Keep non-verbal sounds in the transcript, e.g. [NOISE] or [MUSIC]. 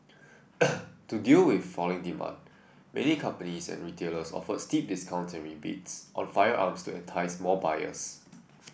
[NOISE] to deal with falling demand many companies and retailers offered steep discounts and rebates on firearms to entice more buyers